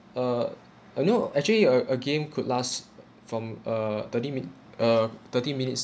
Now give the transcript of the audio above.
uh uh no actually uh a game could last from a thirty min~ uh thirty minutes